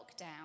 lockdown